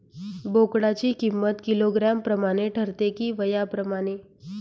बोकडाची किंमत किलोग्रॅम प्रमाणे ठरते कि वयाप्रमाणे?